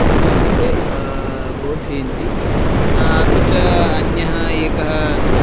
मम कृते बोधयन्ति अपि च अन्यः एकः